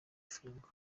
bifunga